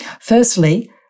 Firstly